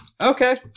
Okay